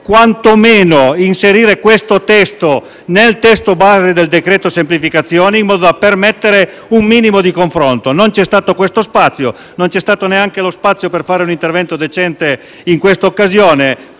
quantomeno inserire questo testo nel testo base del decreto semplificazioni, in modo da permettere un minimo di confronto. Non c'è stato questo spazio, non c'è stato neanche lo spazio per fare un intervento decente in questa occasione.